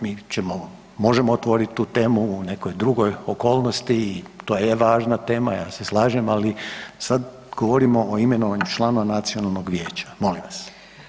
Mi ćemo, možemo otvorit tu temu u nekoj drugoj okolnosti i to je važna tema, ja se slažem, ali sad govorimo o imenovanju članova Nacionalnog vijeća, molim vas.